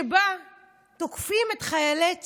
שבה תוקפים את חיילי צה"ל,